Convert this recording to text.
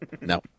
No